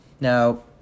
Now